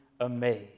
amazed